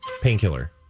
Painkiller